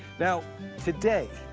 now today,